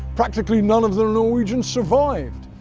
practically none of the norwegians survived.